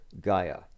Gaia